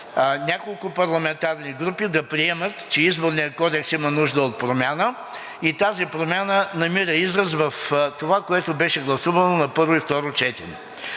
няколко парламентарни групи да приемат, че Изборният кодекс има нужда от промяна и тази промяна намира израз в това, което беше гласувано на първо и второ четене.